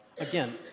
again